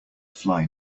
fly